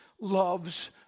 loves